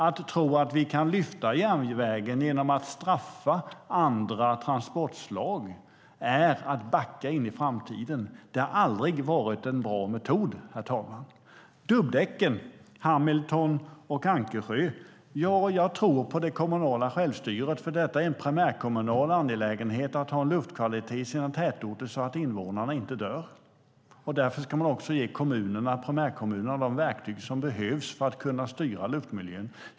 Att tro att vi kan lyfta järnvägen genom att straffa andra transportslag är att backa in i framtiden. Det har aldrig varit en bra metod, herr talman. Dubbdäcken, Hamilton och Ankersjö - jag tror på det kommunala självstyret, för det är en primärkommunal angelägenhet att ha en luftkvalitet i sina tätorter så att invånarna inte dör. Därför ska man också ge primärkommunerna de verktyg som behövs för att de ska kunna styra luftmiljön.